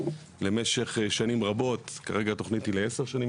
למשך שנים רבות; כרגע לעשר שנים,